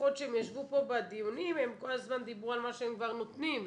לפחות כשהם ישבו פה בדיונים הם כל הזמן דיברו על מה שהם כבר נותנים.